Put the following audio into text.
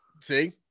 See